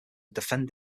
defend